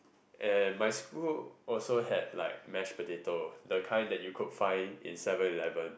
and my school also had like mash potato the kind you could find in Seven Eleven